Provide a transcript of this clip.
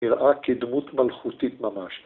‫נראה כדמות מלכותית ממש.